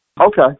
Okay